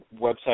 website